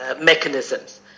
mechanisms